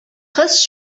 кыз